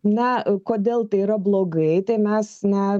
na kodėl tai yra blogai tai mes na